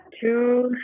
two